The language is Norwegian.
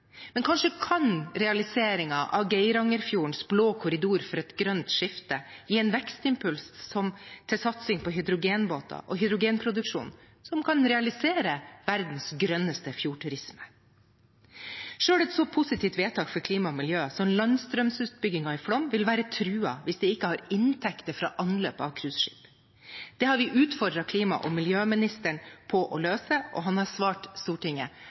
men kanskje kan realiseringen av Geirangerfjordens blå korridor for et grønt skifte gi en vekstimpuls til satsing på hydrogenbåter og hydrogenproduksjon som kan realisere verdens grønneste fjordturisme. Selv et så positivt vedtak for klima og miljø som landstrømutbyggingen i Flåm vil være truet hvis de ikke har inntekter fra anløp av cruiseskip. Det har vi utfordret klima- og miljøministeren på å løse, og han har svart Stortinget